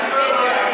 אני לא יודע.